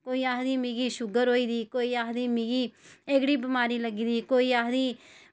कोई आक्खदी मिगी शुगर होई दी कोई आक्खदी मिगी एह्कड़ी बमारी लग्गी दी कोई आक्खदी मिगी